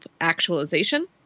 actualization